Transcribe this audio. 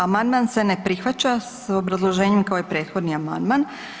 Amandman se ne prihvaća s obrazloženjem kao prethodni amandman.